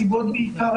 הסיבות היו בעיקר